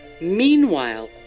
Meanwhile